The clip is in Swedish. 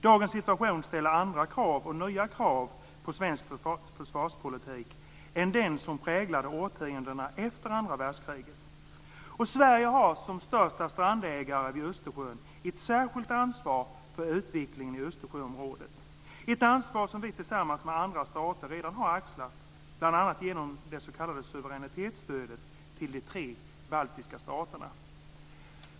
Dagens situation ställer andra och nya krav på svensk försvarspolitik än dem som präglade årtiondena efter andra världskriget. Sverige har som största strandägare vid Östersjön ett särskilt ansvar för utvecklingen i Östersjöområdet. Det är ett ansvar som vi tillsammans med andra stater redan har axlat, bl.a. genom det s.k. suveränintetsstödet till de tre baltiska staterna.